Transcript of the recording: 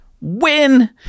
Win